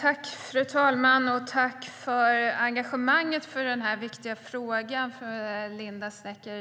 Fru talman! Tack, Linda Snecker, för ditt engagemang i den här viktiga frågan!